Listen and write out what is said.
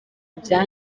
bya